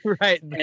right